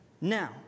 Now